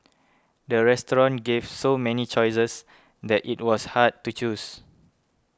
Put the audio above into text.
the restaurant gave so many choices that it was hard to choose